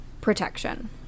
protection